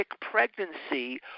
pregnancy